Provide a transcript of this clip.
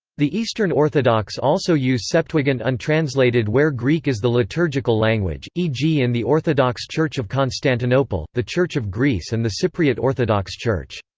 the eastern orthodox also use septuagint untranslated where greek is the liturgical language, e g. in the orthodox church of constantinople, the church of greece and the cypriot orthodox church.